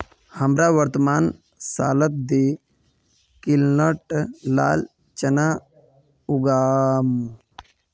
हमरा वर्तमान सालत दी क्विंटल लाल चना उगामु